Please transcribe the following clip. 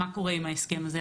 מה קורה עם ההסכם הזה,